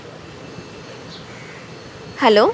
hello